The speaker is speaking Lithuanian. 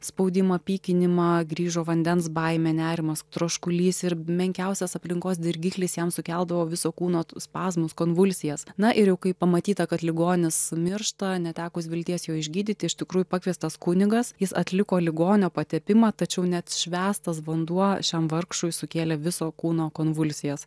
spaudimą pykinimą grįžo vandens baimė nerimas troškulys ir menkiausias aplinkos dirgiklis jam sukeldavo viso kūno spazmus konvulsijas na ir jau kai pamatyta kad ligonis miršta netekus vilties jo išgydyti iš tikrųjų pakviestas kunigas jis atliko ligonio patepimą tačiau net švęstas vanduo šiam vargšui sukėlė viso kūno konvulsijas